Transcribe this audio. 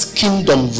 kingdom